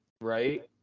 right